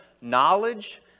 knowledge